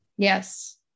Yes